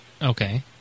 Okay